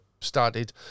started